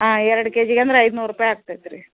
ಆಂ ಎರಡು ಕೆ ಜಿಗೆ ಅಂದ್ರೆ ಐದ್ನೂರು ರೂಪಾಯಿ ಆಗ್ತೈತೆ ರೀ